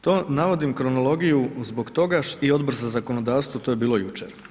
To navodim kronologiju zbog toga i Odbor za zakonodavstvo, to je bilo jučer.